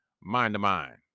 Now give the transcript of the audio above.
mind-to-mind